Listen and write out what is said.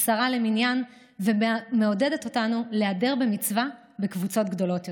עשרה למניין ומעודדת אותנו להדר במצווה בקבוצות גדולות יותר.